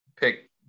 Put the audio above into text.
pick